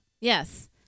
Yes